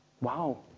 Wow